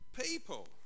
people